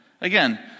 Again